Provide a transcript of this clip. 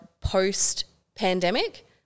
post-pandemic